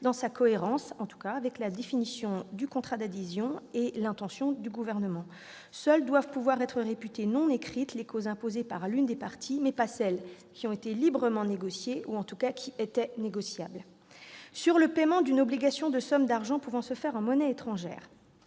dans sa cohérence avec la définition du contrat d'adhésion et l'intention du Gouvernement. Seules doivent pouvoir être réputées non écrites les clauses imposées par l'une des parties, et non pas celles qui ont été librement négociées ou, en tout cas, qui étaient négociables. Sur le paiement d'une obligation de somme d'argent pouvant se faire en monnaie étrangère,